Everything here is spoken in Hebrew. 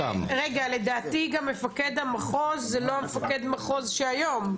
לדעתי גם מפקד המחוז זה לא המפקד מחוז שהיום.